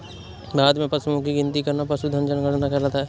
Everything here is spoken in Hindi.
भारत में पशुओं की गिनती करना पशुधन जनगणना कहलाता है